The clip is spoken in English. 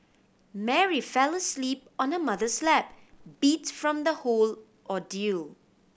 Mary fell asleep on her mother's lap beat from the whole ordeal